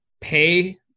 pay